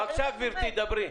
בבקשה, גברתי, דברי.